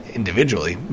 individually